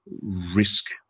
risk